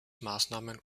maßnahmen